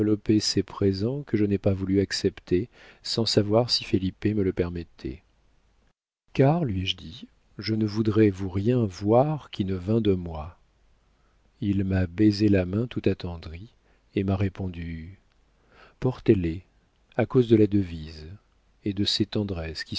enveloppaient ces présents que je n'ai pas voulu accepter sans savoir si felipe me le permettait car lui ai-je dit je ne voudrais vous rien voir qui ne vînt de moi il m'a baisé la main tout attendri et m'a répondu portez les à cause de la devise et de ces tendresses